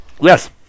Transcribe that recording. Yes